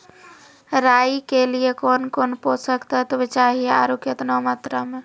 राई के लिए कौन कौन पोसक तत्व चाहिए आरु केतना मात्रा मे?